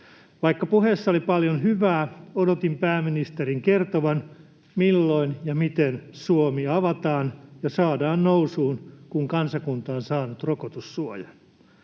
Vaikka puheessa oli paljon hyvää, odotin pääministerin kertovan, milloin ja miten Suomi avataan ja saadaan nousuun, kun kansakunta on saanut rokotussuojan.